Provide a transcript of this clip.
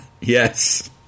Yes